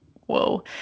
whoa